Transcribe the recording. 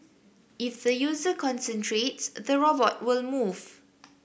if the user concentrates the robot will move